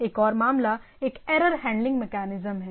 एक और मामला एक एरर हैंडलिंग मेकैनिज्म है